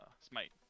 smite